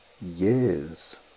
years